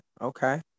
okay